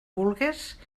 vulgues